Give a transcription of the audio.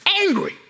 angry